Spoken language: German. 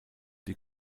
die